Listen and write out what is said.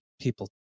people